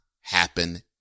happen